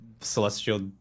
celestial